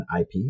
IP